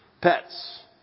pets